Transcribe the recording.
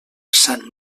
sant